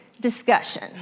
discussion